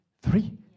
three